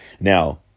now